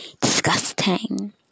Disgusting